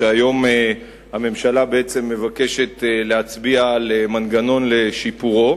שהיום הממשלה בעצם מבקשת להצביע על מנגנון לשיפורו,